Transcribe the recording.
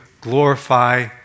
glorify